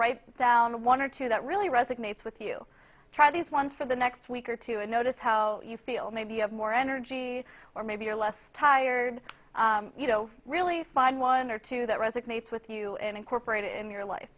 write down the one or two that really resonates with you try this one for the next week or two and notice how you feel maybe you have more energy or maybe you're less tired you know really find one or two that resonates with you and incorporate it in your life